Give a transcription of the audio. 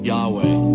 Yahweh